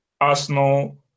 Arsenal